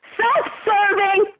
self-serving